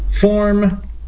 form